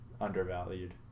undervalued